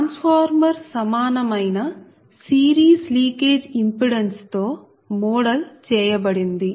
transformer సమానమైన series leakage impedance తో model చేయబడింది